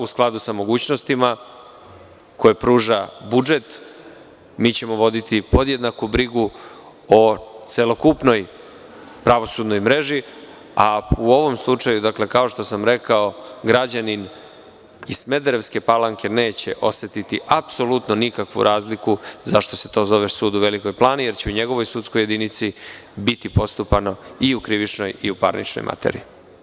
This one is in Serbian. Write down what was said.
U skladu sa mogućnostima koje pruža budžet, mi ćemo voditi podjednaku brigu o celokupnoj pravosudnoj mreži, a u ovom slučaju, kao što sam rekao, građanin iz Smederevske Palanke neće osetiti apsolutno nikakvu razliku zašto se to zove sud u Velikoj Plani, jer će u njegovoj sudskoj jedinici biti postupano i u krivičnoj i parničnoj materiji.